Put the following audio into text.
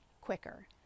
quicker